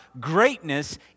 greatness